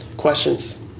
questions